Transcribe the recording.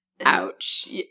Ouch